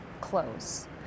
close